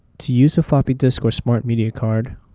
to use a floppy disk or smart media card,